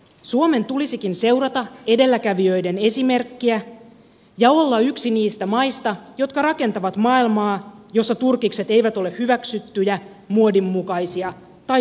suomen tulisikin seurata edelläkävijöiden esimerkkiä ja olla yksi niistä maista jotka rakentavat maailmaa jossa turkikset eivät ole hyväksyttyjä muodinmukaisia tai suosittuja